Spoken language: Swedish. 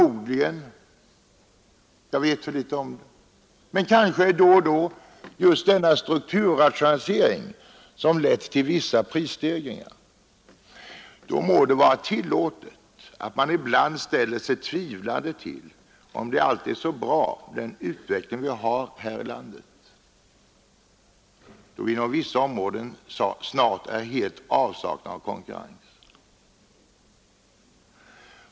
Otvivelaktigt har strukturrationaliseringen då och då lett till vissa prisstegringar. Det må därför vara tillåtet att man ibland ställer sig tvivlande till en del drag i utvecklingen i vårt land, där det inom vissa områden snart helt kommer att saknas konkurrens.